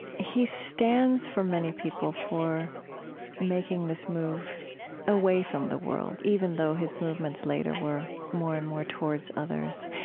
he stands, for many people, for making this move away from the world, even though his movements later were more and more towards others.